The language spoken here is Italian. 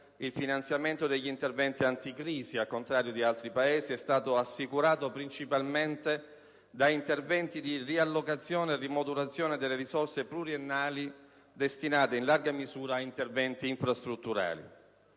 il finanziamento degli interventi anticrisi, al contrario di altri Paesi, è stato assicurato principalmente da interventi di riallocazione e rimodulazione delle risorse pluriennali destinate, in larga misura, a interventi infrastrutturali.